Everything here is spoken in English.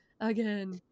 Again